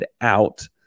out